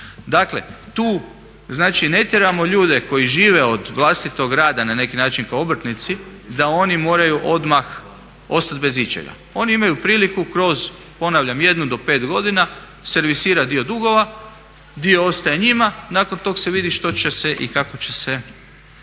Dakle, tu znači ne tjeramo ljude koji žive od vlastitog rada na neki način kao obrtnici, da oni moraju odmah ostati bez ičega. Oni imaju priliku kroz ponavljam jednu do pet godina servisirat dio dugova, dio ostaje njima. Nakon tog se vidi što će se i kako će se